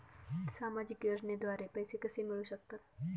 सामाजिक योजनेद्वारे पैसे कसे मिळू शकतात?